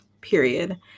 period